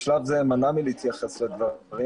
אני בשלב הזה אמנע מלהתייחס לדברים,